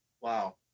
Wow